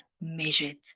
measured